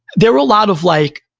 there are a lot of like,